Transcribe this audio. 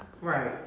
Right